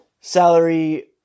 salary